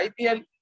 IPL